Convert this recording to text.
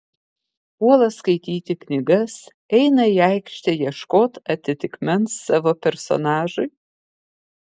puola skaityti knygas eina į aikštę ieškot atitikmens savo personažui